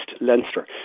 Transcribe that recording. Leinster